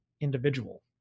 individual